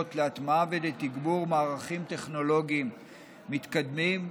להטמעה ולתגבור מערכים טכנולוגיים מתקדמים,